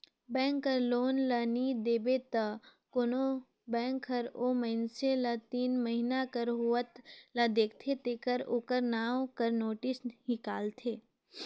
bank कर loan ल नी देबे त कोनो बेंक हर ओ मइनसे ल तीन महिना कर होवत ले देखथे तेकर ओकर नांव कर नोटिस हिंकालथे